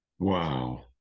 Wow